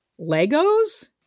Legos